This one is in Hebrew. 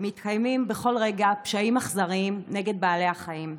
מתקיימים בכל רגע פשעים אכזריים נגד בעלי החיים.